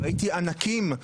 ראיתי ענקים.